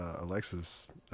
Alexis